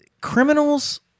criminals